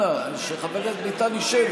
אנא, שחבר הכנסת ביטן ישב.